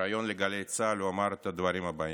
בריאיון לגלי צה"ל, הוא אמר את הדברים הבאים: